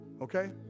okay